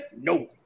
No